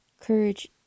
Courage